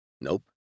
Nope